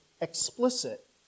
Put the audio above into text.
explicit